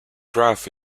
graph